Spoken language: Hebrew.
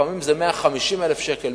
לפעמים זה 150,000 שקל,